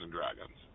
Dragons